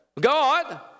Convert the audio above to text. God